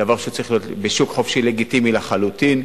דבר שצריך להיות בשוק חופשי לגיטימי לחלוטין,